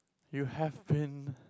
you have been